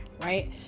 right